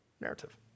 narrative